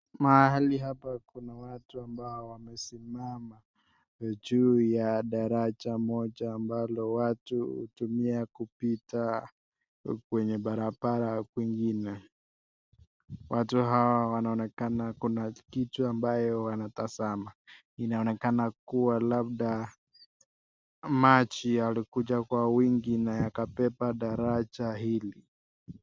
Mahali hapa kuna watu ambao wamesimama juu ya daraja moja ambayo watu humia kupita kwenye barabara kwingine. Watu hawa wanaonekana kuna kitu ambayo wanatazama inaonekana kuwa maji yalikua yamekuja kwa wingi na wakabeba daraja hili.